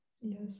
Yes